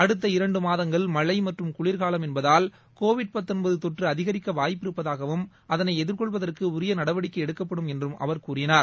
அடுத்த இரண்டு மாதங்கள் மழை மற்றும் குளிர்காலம் என்பதால் கோவிட் தொற்று அதிகரிக்க வாய்ப்பிரு்பபதாகவும் அதனை எதிர்கொள்வதற்கு உரிய நடவடிக்கை எடுக்கப்படும் என்றும் அவர் கூறினார்